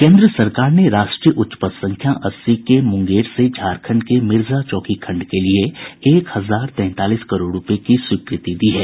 केन्द्र सरकार ने राष्ट्रीय उच्च पथ संख्या अस्सी के मुंगेर से झारखंड के मिर्जा चौकी खंड के लिए एक हजार तैंतालीस करोड़ रूपये की स्वीकृति दी है